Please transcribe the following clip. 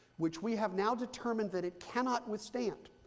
which we have now determined that it cannot withstand,